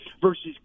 Versus